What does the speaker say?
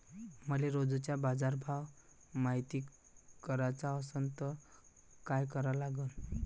मले रोजचा बाजारभव मायती कराचा असन त काय करा लागन?